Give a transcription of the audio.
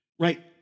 Right